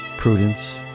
Prudence